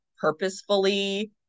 purposefully